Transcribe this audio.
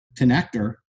connector